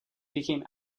became